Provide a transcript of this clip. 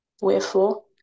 Wherefore